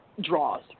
draws